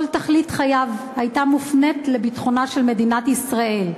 כל תכלית חייו הייתה מופנית לביטחונה של מדינת ישראל,